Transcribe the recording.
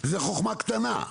וזו חוכמה קטנה.